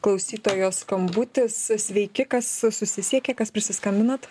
klausytojo skambutis sveiki kas susisiekė kas prisiskambinot